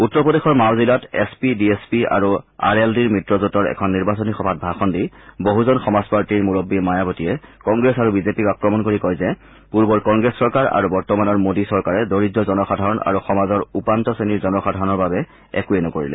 উত্তৰ প্ৰদেশৰ মাও জিলাত S P D S P আৰু আৰ এল ডিৰ মিত্ৰজোঁটৰ এখন নিৰ্বাচনী সভাত ভাষণ দি বহুজন সমাজপাৰ্টীৰ মুৰববী মায়াৱতীয়ে কংগ্ৰেছ আৰু বিজেপিক আক্ৰমণ কৰি কয় যে পূৰ্বৰ কংগ্ৰেছ চৰকাৰ আৰু বৰ্তমানৰ মোডী চৰকাৰে দৰিদ্ৰ জনসাধাৰণ আৰু সমাজৰ উপান্ত শ্ৰেণীৰ জনসাধাৰণৰ বাবে একো নকৰিলে